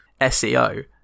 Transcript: SEO